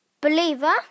Believer